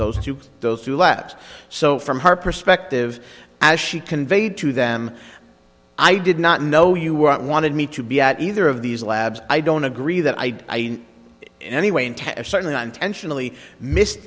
those to those who left so from her perspective as she conveyed to them i did not know you were out wanted me to be at either of these labs i don't agree that i in any way in ten certainly not intentionally missed